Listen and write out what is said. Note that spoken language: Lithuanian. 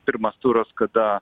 pirmas turas kada